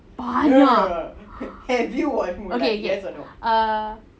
banyak okay K